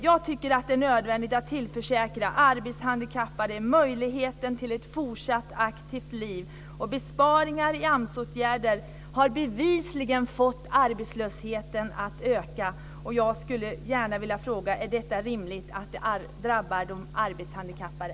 Jag tycker att det är nödvändigt att tillförsäkra arbetshandikappade möjligheten till ett fortsatt aktivt liv. Besparingar i AMS-åtgärder har bevisligen fått arbetslösheten att öka. Och jag vill då fråga: Är det rimligt att detta drabbar de arbetshandikappade?